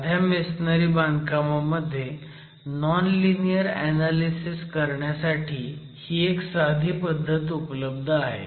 साध्या मेसनरी बांधकामामध्ये non linear analysis करण्यासाठी ही एक साधी पद्धत उपलब्ध आहे